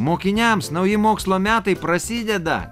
mokiniams nauji mokslo metai prasideda